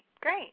great